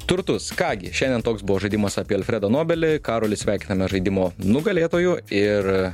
turtus ką gi šiandien toks buvo žaidimas apie alfredą nobelį karolį sveikiname žaidimo nugalėtoju ir